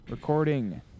Recording